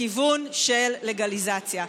לכיוון של לגליזציה.